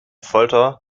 folter